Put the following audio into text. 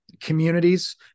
communities